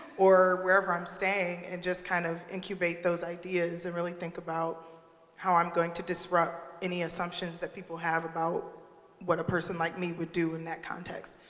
or wherever i'm staying and just kind of incubate those ideas and really think about how i'm going to disrupt any assumption that people have about what a person like me would do in that context.